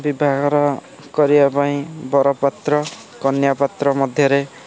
ବିଭାଘର କରିବା ପାଇଁ ବରପାତ୍ର କନ୍ୟାପାତ୍ର ମଧ୍ୟରେ